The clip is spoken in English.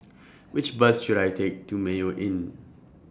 Which Bus should I Take to Mayo Inn